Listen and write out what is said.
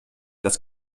dass